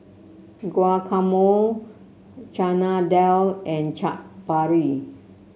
Guacamole Chana Dal and Chaat Papri